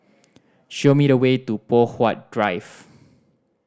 show me the way to Poh Huat Drive